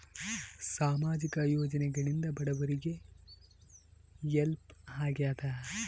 ಸಾಮಾಜಿಕ ಯೋಜನೆಗಳಿಂದ ಬಡವರಿಗೆ ಹೆಲ್ಪ್ ಆಗ್ಯಾದ?